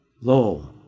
Lo